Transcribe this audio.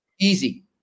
easy